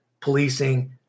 policing